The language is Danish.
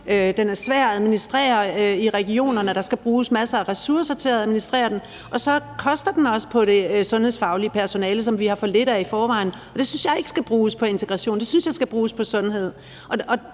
den er svær at administrere i regionerne, og der skal bruges masser af ressourcer til at administrere den, og den koster også i forhold til det sundhedsfaglige personale, som vi i forvejen har for lidt af. Og jeg synes ikke, at det skal bruges på integration, men at det skal bruges på